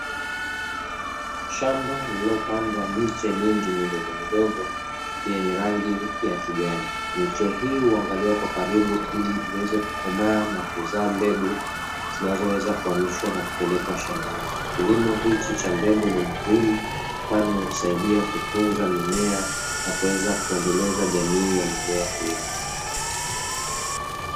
Shamba lililopandwa miche mingi midogomidogo, yenye rangi ya kijani, miche hii huangaliwa kwa karibu, ili iweze kukomaa na kuzaa mbegu, zinazoweza kuhamishwa na kupelekwa shambani, kilimo hichi cha mbegu ni muhimu, kwani husaidia kutunza mimea na kuweza kuendeleza jamii ya mimea hiyo.